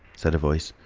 said a voice,